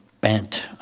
bent